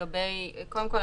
קודם כל,